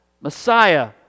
Messiah